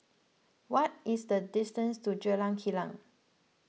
what is the distance to Jalan Kilang